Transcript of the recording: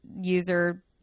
user